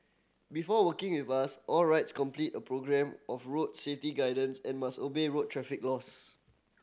before working with us all complete a programme of road safety guidance and must obey road traffic laws